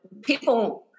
People